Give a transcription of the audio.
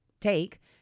take